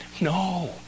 No